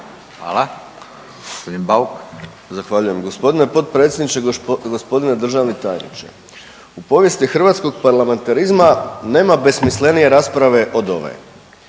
(SDP)** Zahvaljujem g. potpredsjedniče. G. državni tajniče. U povijesti hrvatskog parlamentarizma nema besmislenije rasprave od ove.